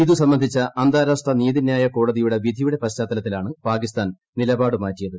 ഇതു സംബന്ധിച്ച അന്താരാഷ്ട്ര നീതിന്യായ കോടതിയുടെ വിധിയുടെ പശ്ചാത്തലത്തിലാണ്പാകിസ്ഥാൻ നിലപാട് മാറ്റിയത്